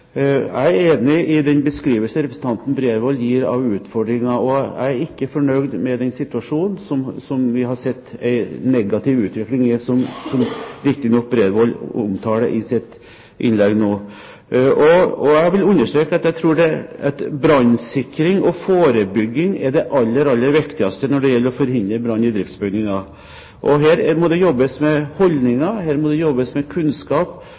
Jeg er enig i den beskrivelsen som representanten Bredvold gir av utfordringen. Jeg er ikke fornøyd med situasjonen og den negative utviklingen vi har sett, og som Bredvold så riktig omtaler i sitt innlegg. Jeg vil understreke at jeg tror at brannsikring og forebygging er det aller, aller viktigste når det gjelder å forhindre brann i driftsbygninger. Her må det jobbes med holdninger, og her må det jobbes med kunnskap